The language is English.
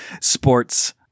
sports